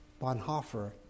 Bonhoeffer